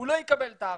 הוא לא יקבל את ההארכה,